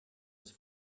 ist